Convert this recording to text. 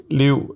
liv